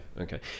Okay